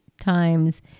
times